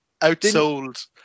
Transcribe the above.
outsold